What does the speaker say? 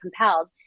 compelled